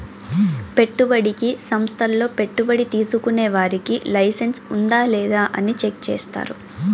పెట్టుబడికి సంస్థల్లో పెట్టుబడి తీసుకునే వారికి లైసెన్స్ ఉందా లేదా అని చెక్ చేస్తారు